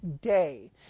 day